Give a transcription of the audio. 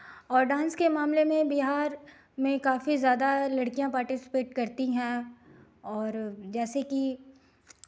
और डांस के मामले में बिहार में काफी ज़्यादा लड़कियां पार्टिसिपेट करती हैं और जैसे कि